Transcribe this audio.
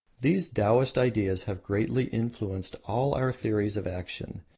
these taoists' ideas have greatly influenced all our theories of action,